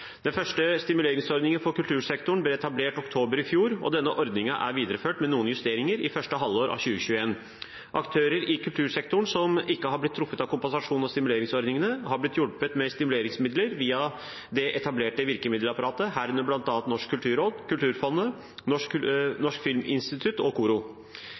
Den første stimuleringsordningen for kultursektoren ble etablert i oktober i fjor, og denne ordningen er videreført, med noen justeringer, i første halvår 2021. Aktører i kultursektoren som ikke har blitt truffet av kompensasjons- og stimuleringsordningene, har blitt hjulpet med stimuleringsmidler via det etablerte virkemiddelapparatet, herunder bl.a. Norsk kulturråd, Kulturfondet, Norsk filminstitutt og KORO.